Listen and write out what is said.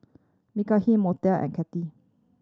Mekhi Montel and Katy